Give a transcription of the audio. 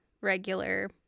regular